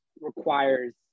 requires